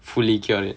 fully cured it